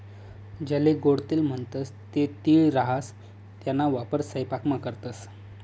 ज्याले गोडं तेल म्हणतंस ते तीळ राहास त्याना वापर सयपाकामा करतंस